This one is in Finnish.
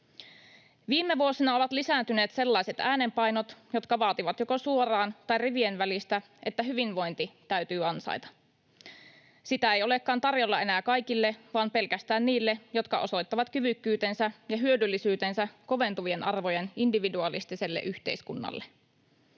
Viime vuosina ovat lisääntyneet sellaiset äänenpainot, jotka vaativat joko suoraan tai rivien välistä, että hyvinvointi täytyy ansaita. Sitä ei olekaan tarjolla enää kaikille vaan pelkästään niille, jotka osoittavat kyvykkyytensä ja hyödyllisyytensä koventuvien arvojen individualistiselle yhteiskunnalle.